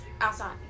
outside